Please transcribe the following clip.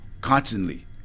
constantly